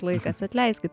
laikas atleiskit